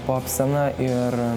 pop scena ir